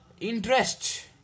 interest